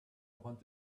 want